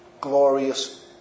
glorious